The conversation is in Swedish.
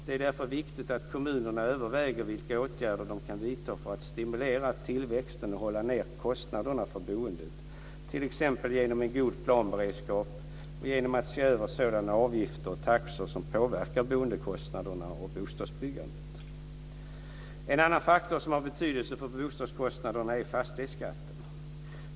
Det är därför viktigt att kommunerna överväger vilka åtgärder de kan vidta för att stimulera tillväxten och hålla nere kostnaderna för boendet, t.ex. genom en god planberedskap och genom att se över sådana avgifter och taxor som påverkar boendekostnaderna och bostadsbyggandet. En annan faktor som har betydelse för boendekostnaderna är fastighetsskatten.